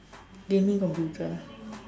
gaming computer